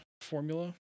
formula